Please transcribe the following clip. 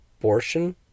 abortion